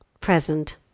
present